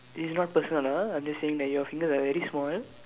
it's not personal ah I'm just saying that your fingers are very small